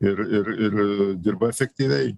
ir ir ir dirba efektyviai